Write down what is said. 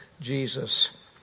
Jesus